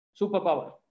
superpower